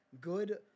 good